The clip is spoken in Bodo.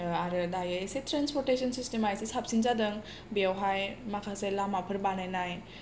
आरो दायो एसे ट्रेन्सफर्टेसन सिस्टेमा एसे साबसिन जादों बेहाय माखासे लामाफोर बानायनाय